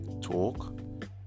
talk